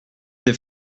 des